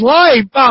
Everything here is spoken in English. life